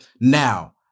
Now